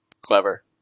Clever